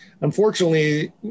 unfortunately